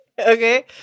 Okay